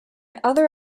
other